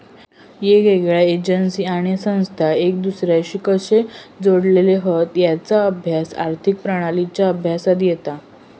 येगयेगळ्या एजेंसी आणि संस्था एक दुसर्याशी कशे जोडलेले हत तेचा अभ्यास आर्थिक प्रणालींच्या अभ्यासात येता